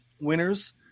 winners